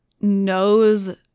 knows